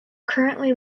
currently